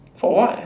for what